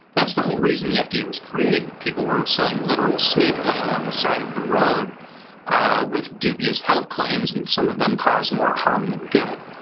that's the whole reason the fda was created. people were selling literal snake oil on the side of the road ah with dubious health claims, and some of them cause more harm than good.